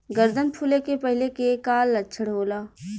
गर्दन फुले के पहिले के का लक्षण होला?